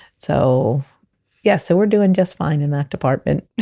so yes so we're doing just fine in that department